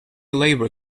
labour